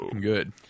good